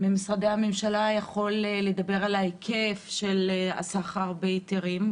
ממשרדי הממשלה יכול לדבר על ההיקף של הסחר בהיתרים?